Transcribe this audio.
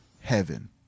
heaven